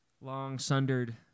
long-sundered